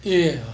ए